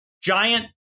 giant